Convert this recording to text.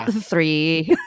three